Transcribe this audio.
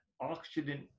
oxygen